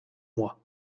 mois